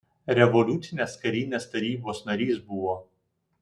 revoliucinės karinės tarybos narys buvo